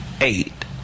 Eight